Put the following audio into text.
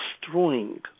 destroying